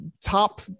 top